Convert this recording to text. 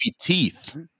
Teeth